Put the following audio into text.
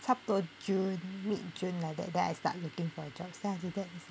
差不多 june mid june like that then I start looking for jobs then after that